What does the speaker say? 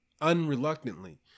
unreluctantly